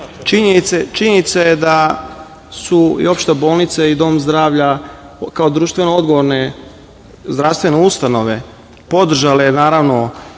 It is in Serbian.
jeste. Činjenice da su i opšta bolnica i dom zdravlja kao društveno odgovorne zdravstvene ustanove podržale naravno,